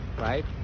right